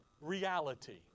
reality